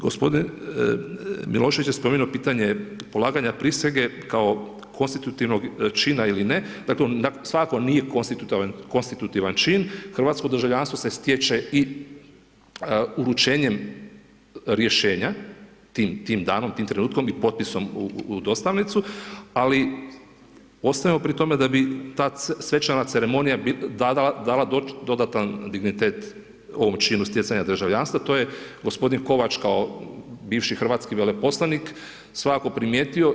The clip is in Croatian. Gospodin Milošević je spomenuo pitanje polaganje prisege, kao konstituvnog čina ili ne, dakle, svako nije konstitutivan čin, hrvatsko državljanstvo se stječe i uručenjem rješenja, tim danom, tim trenutkom i potpisom u dostavnicu, ali ostajemo pri tome, da bi ta svečana ceremonija dala dodatan dignitet ovo činu stjecanja državništva, to je g. Kovač kao bivši hrvatski veleposlanik, svakako primijetio.